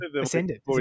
ascended